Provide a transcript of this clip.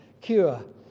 cure